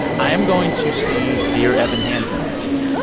i am going to see dear evan hansen this weekend.